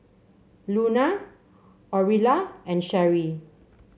Luna Orilla and Sherrie